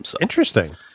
Interesting